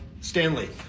Stanley